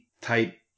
type